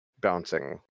bouncing